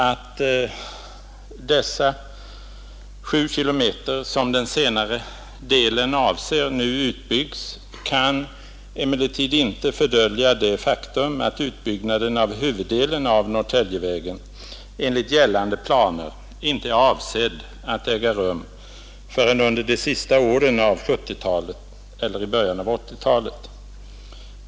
Att de sju kilometer som den senare delen avser nu utbyggs kan emellertid inte fördölja det faktum att utbyggnaden av huvuddelen av Norrtäljevägen enligt gällande planer inte är avsedd att äga rum förrän, under de sista åren av 1970-talet eller i början av 1980-talet.